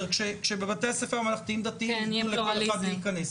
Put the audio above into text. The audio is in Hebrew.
כשבבתי הספר הממלכתיים-דתיים תיתנו לכל אחד להיכנס.